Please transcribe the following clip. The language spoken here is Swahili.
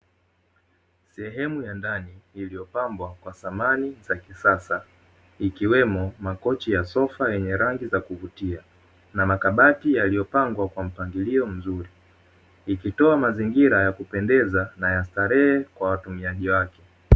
Sehemu ya ndani iliyopambwa kwa samani za kisasa ikiwemo makochi ya sofa yenye rangi za kuvutia na makabati yaliyopangwa kwa mpangilio mzuri, ikitoa mazingira ya kupendeza na ya starehe kwa watumiaji wake.